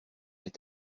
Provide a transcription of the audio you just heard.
est